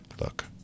Look